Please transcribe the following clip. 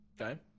Okay